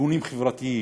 מארגונים חברתיים.